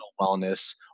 wellness